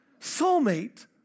soulmate